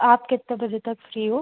आप कितने बजे तक फ़्री हो